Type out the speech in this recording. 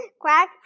Crack